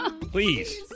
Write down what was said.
Please